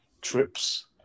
trips